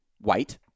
white